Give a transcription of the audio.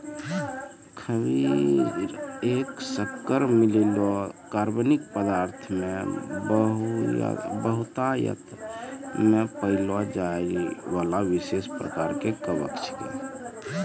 खमीर एक शक्कर मिललो कार्बनिक पदार्थ मे बहुतायत मे पाएलो जाइबला विशेष प्रकार के कवक छिकै